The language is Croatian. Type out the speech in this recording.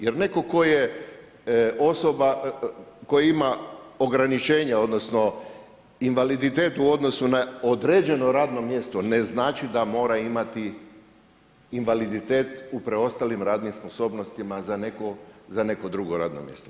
Jer netko tko je osoba koja ima ograničenja, odnosno invaliditet u odnosu na određeno radno mjesto ne znači da mora imati invaliditet u preostalim radnim sposobnostima za neko drugo radno mjesto.